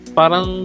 parang